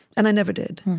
and i never did.